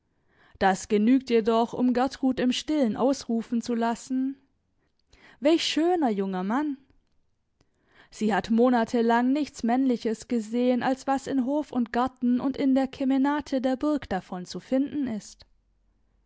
das genügt jedoch um gertrud im stillen ausrufen zu lassen welch schöner junger mann sie hat monatelang nichts männliches gesehen als was in hof und garten und in der kemenate der burg davon zu finden ist